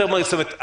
זאת אומרת,